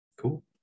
Cool